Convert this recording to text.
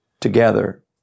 together